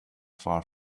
far